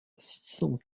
cent